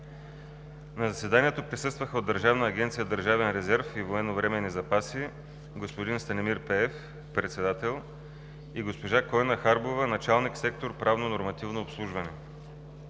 На заседанието присъстваха от Държавна агенция „Държавен резерв и военновременни запаси“: господин Станимир Пеев – председател, и госпожа Койна Харбова – началник-сектор „Правно-нормативно обслужване“.